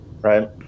right